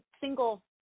single